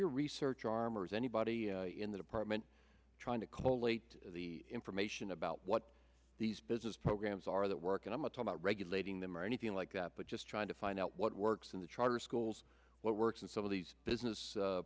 your research arm or is anybody in the department trying to claw late the information about what these business programs are that work in a motel not regulating them or anything like that but just trying to find out what works in the charter schools what works and so these business